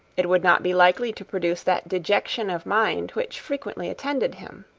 it would not be likely to produce that dejection of mind which frequently attended him.